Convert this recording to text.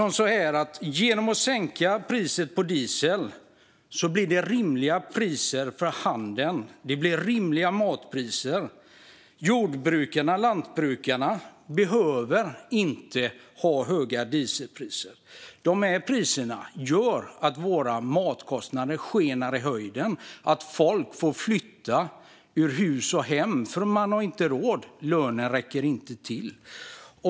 Men genom att priset på diesel sänks blir det rimliga kostnader för handeln och rimliga matpriser. Jordbrukarna och lantbrukarna behöver inte ha höga dieselpriser. De priserna gör att matkostnaderna skjuter i höjden och att folk får flytta från hus och hem för att de inte har råd. Lönen räcker inte till.